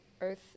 earth